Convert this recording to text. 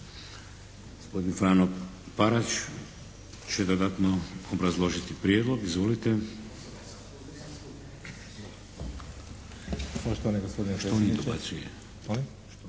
gospodin Frano Parać će dodatno obrazložiti prijedlog, izvolite.